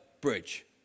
bridge